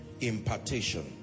impartation